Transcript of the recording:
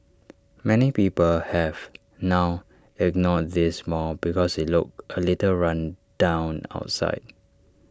many people have now ignored this mall because IT looks A little run down outside